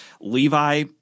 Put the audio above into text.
Levi